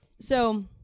so,